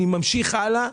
אני ממשיך הלאה.